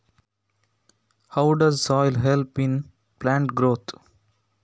ಗಿಡಗಳ ಬೆಳವಣಿಗೆಯಲ್ಲಿ ಮಣ್ಣು ಯಾವ ತರ ಉಪಕಾರ ಆಗ್ತದೆ?